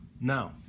Now